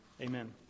Amen